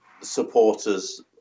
supporters